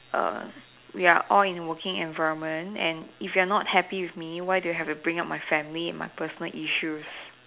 err we are all in working environment and if you are not happy with me why do you have to bring up my family and my personal issues